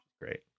Great